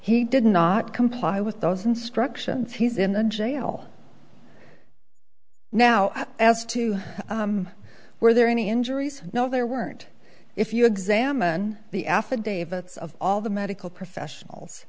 he did not comply with those instructions he's in the jail now as to where there are any injuries no there weren't if you examined the affidavit of all the medical professionals